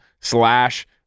slash